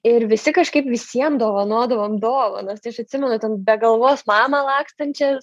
ir visi kažkaip visiem dovanodavom dovanas tai aš atsimenu ten be galvos mamą lakstančią ir